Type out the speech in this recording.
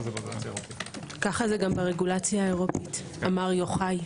כך זה גם ברגולציה האירופית, אמר יוחאי.